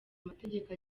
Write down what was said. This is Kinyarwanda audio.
amategeko